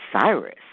Cyrus